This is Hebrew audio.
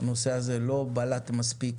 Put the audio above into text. שהנושא הזה לא בלט מספיק